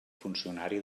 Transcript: funcionari